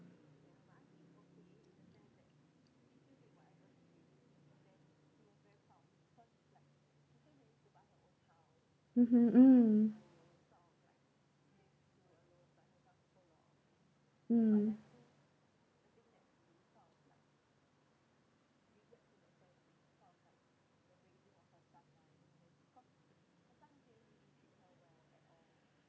mmhmm mm mm